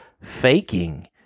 faking